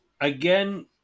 Again